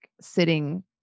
sitting